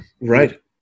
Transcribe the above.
Right